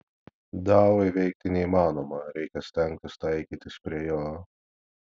dao įveikti neįmanoma reikia stengtis taikytis prie jo